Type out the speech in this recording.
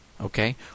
Okay